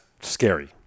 scary